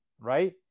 right